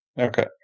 Okay